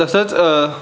तसंच